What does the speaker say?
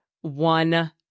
one